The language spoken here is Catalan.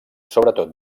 sobretot